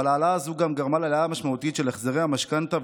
אבל העלאה זו גם גרמה לעלייה משמעותית של החזרי המשכנתה,